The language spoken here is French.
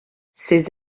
ses